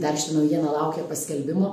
dar ši naujiena laukia paskelbimo